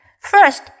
First